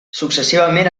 successivament